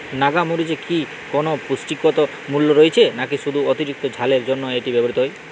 নাগা মরিচে কি কোনো পুষ্টিগত মূল্য রয়েছে নাকি শুধু অতিরিক্ত ঝালের জন্য এটি ব্যবহৃত হয়?